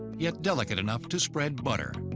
yet delicate enough to spread butter.